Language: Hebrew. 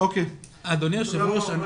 אדוני היושב ראש,